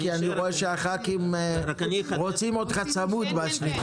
כי אני רואה שחברי הכנסת רוצים אותך צמוד.